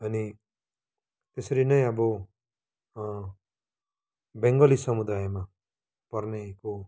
अनि यसरी नै अब बङ्गाली समुदायमा पर्नेको